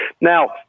now